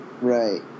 right